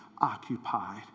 occupied